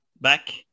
back